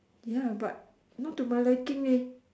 ya but not to my liking leh